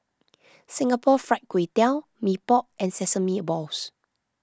Singapore Fried Kway Tiao Mee Pok and Sesame Balls